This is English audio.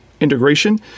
integration